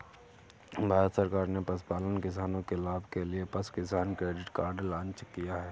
भारत सरकार ने पशुपालन किसानों के लाभ के लिए पशु किसान क्रेडिट कार्ड लॉन्च किया